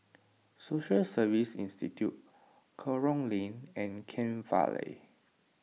Social Service Institute Kerong Lane and Kent Vale